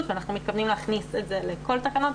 ואנחנו מתכוונים להכניס את זה לכל התקנות.